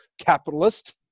capitalist